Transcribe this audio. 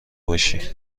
باشی